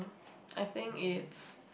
I think it's